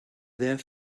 their